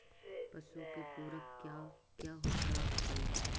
पशु के पुरक क्या क्या होता हो?